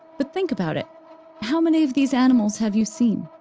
but think about it how many of these animals have you seen?